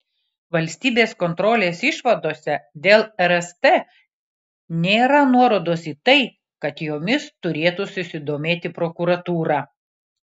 valstybės kontrolės išvadose dėl rst nėra nuorodos į tai kad jomis turėtų susidomėti prokuratūra